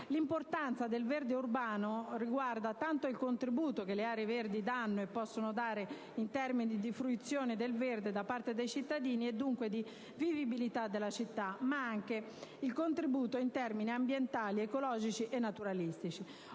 L'importanza del verde urbano riguarda tanto il contributo che le aree verdi danno, e possono dare, in termini di fruizione del verde da parte dei cittadini e, dunque, di vivibilità della città, ma anche il contributo in termini ambientali, ecologici e naturalistici.